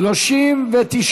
עסקים (תיקון,